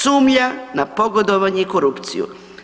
Sumnja na pogodovanje i korupciju.